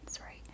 right